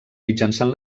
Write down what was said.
mitjançant